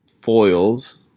foils